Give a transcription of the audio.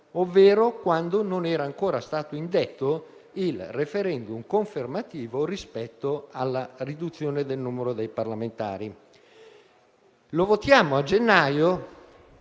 ovvero quando non era ancora stato indetto il *referendum* confermativo rispetto alla riduzione del numero dei parlamentari. Lo votiamo a gennaio,